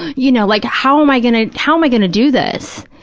you know, like how am i going to, how am i going to do this?